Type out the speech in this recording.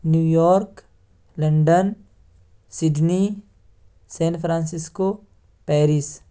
new York London Sydney San Francisco Paris